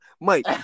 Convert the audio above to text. Mike